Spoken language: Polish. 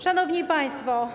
Szanowni Państwo!